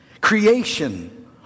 creation